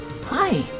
Hi